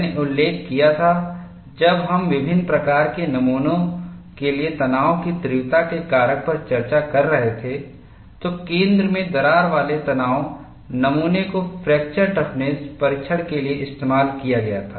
मैंने उल्लेख किया था जब हम विभिन्न प्रकार के नमूनों के लिए तनाव की तीव्रता के कारक पर चर्चा कर रहे थे तो केंद्र में दरार वाले तनाव नमूने को फ्रैक्चर टफनेस परीक्षण के लिए इस्तेमाल किया गया था